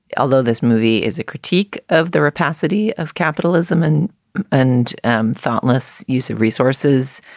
although this movie is a critique of the rapacity of capitalism and and and thoughtless use of resources,